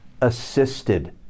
assisted